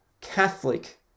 Catholic